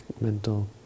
mental